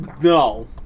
No